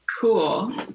Cool